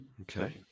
Okay